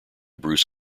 bruce